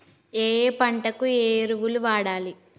ఏయే పంటకు ఏ ఎరువులు వాడాలి?